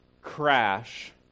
crash